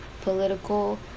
Political